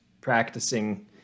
practicing